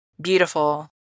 Beautiful